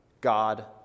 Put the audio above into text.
God